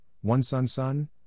One-Son-Son